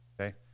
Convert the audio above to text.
okay